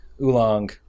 oolong